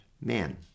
man